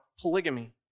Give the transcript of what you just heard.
polygamy